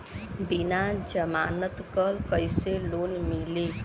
बिना जमानत क कइसे लोन मिली?